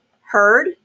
heard